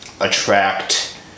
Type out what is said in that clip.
attract